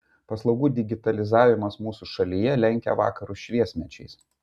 paslaugų digitalizavimas mūsų šalyje lenkia vakarus šviesmečiais